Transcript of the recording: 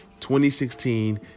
2016